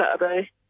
Saturday